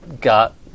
got